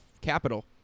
capital